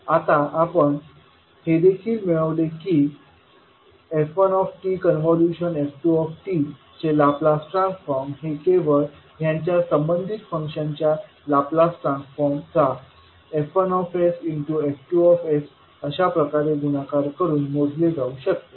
आता आपण हे देखील मिळवले की f1tf2t चे लाप्लास ट्रान्सफॉर्म हे केवळ ह्यांच्या संबंधित फंक्शन्सच्या लाप्लास ट्रान्सफॉर्मचा F1s F2s अशा प्रकारे गुणाकार करून मोजले जाऊ शकते